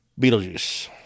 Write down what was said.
Beetlejuice